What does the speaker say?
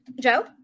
Joe